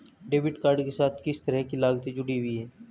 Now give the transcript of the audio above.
Debit card के साथ किस तरह की लागतें जुड़ी हुई हैं?